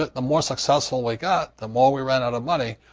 ah the more successful we got, the more we ran out of money.